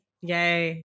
Yay